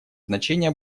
значение